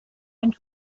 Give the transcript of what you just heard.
and